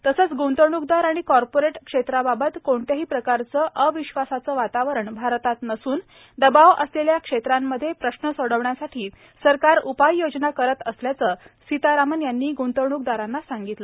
तसंच ग्ंतवणूकदार आणि कॉर्पोरेट क्षेत्राबाबत कोणत्याही प्रकारचं अविश्वासाचं वातावरण भारतात नसून दबाव असलेल्या क्षेत्रांमध्ये प्रश्न सोडवण्यासाठी सरकार उपाय योजना करत असल्याचं सीतारामन् यांनी ग्ंतवण्कदारांना सांगितलं